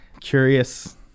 Curious